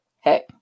Hey